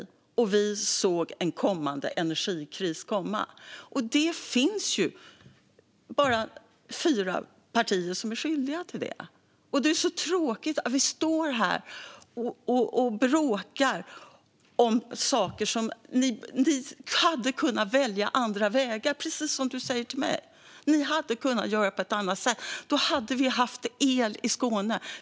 Vi såg en kommande energikris, och ni applåderade. Det är fyra partier som är skyldiga till det, och det är så tråkigt att vi står här och bråkar om saker när ni hade kunnat välja andra vägar, precis som Niklas Karlsson säger till mig. Ni hade kunnat göra på ett annat sätt. Då hade vi haft el i Skåne.